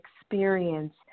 experience